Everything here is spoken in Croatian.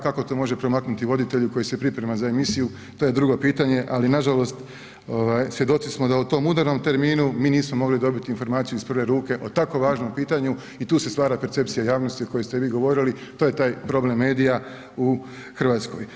Kako to može promaknuti voditelju koji se priprema za emisiju to je drugo pitanje, ali nažalost ovaj svjedoci smo da u tom udarnom terminu mi nismo mogli dobiti informaciju iz prve ruke o tako važnom pitanju i tu se stvara percepcija javnosti o kojoj ste vi govorili, to je taj problem medija u Hrvatskoj.